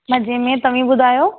मज़े में तव्हीं ॿुधायो